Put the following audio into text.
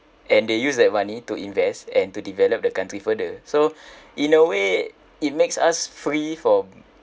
and they use that money to invest and to develop the country further so in a way it makes us free from